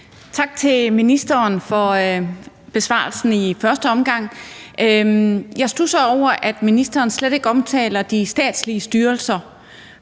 Tak til ministeren for besvarelsen i første omgang. Jeg studser over, at ministeren slet ikke omtaler de statslige styrelser,